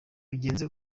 bigenze